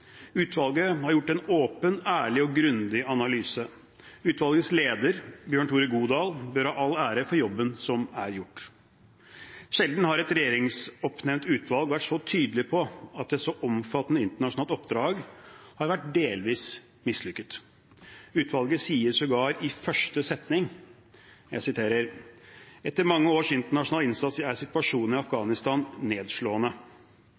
Utvalget har gjort en åpen, ærlig og grundig analyse. Utvalgets leder, Bjørn Tore Godal, bør ha all ære for jobben som er gjort. Sjelden har et regjeringsoppnevnt utvalg vært så tydelig på at et så omfattende internasjonalt oppdrag har vært delvis mislykket. Utvalget sier sågar i første setning: «Etter mange års internasjonal innsats er situasjonen i Afghanistan nedslående.»